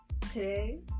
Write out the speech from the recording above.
today